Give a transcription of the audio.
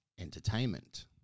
Entertainment